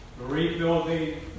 rebuilding